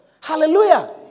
Hallelujah